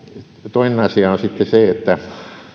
toinen asia on sitten se että